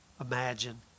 Imagine